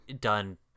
done